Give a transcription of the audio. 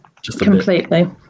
Completely